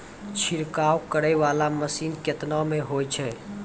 छिड़काव करै वाला मसीन केतना मे होय छै?